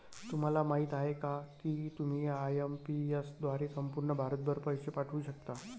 तुम्हाला माहिती आहे का की तुम्ही आय.एम.पी.एस द्वारे संपूर्ण भारतभर पैसे पाठवू शकता